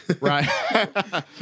Right